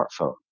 smartphone